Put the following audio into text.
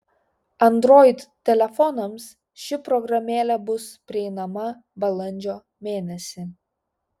android telefonams ši programėlė bus prieinama balandžio mėnesį